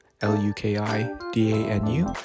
L-U-K-I-D-A-N-U